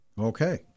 Okay